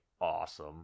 awesome